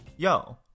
Yo